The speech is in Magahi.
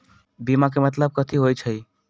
बीमा के मतलब कथी होई छई?